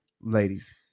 ladies